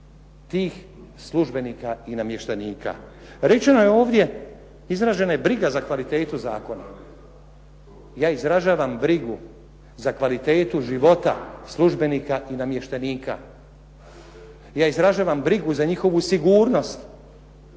tih službenika i namještenika. Rečeno je ovdje, izražena je briga za kvalitetu zakona. Ja izražavam brigu za kvalitetu života službenika i namještenika, ja izražavam brigu za njihovu sigurnost,